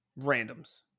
randoms